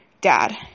dad